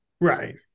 Right